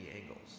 angles